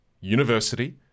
university